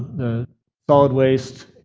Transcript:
the solid waste,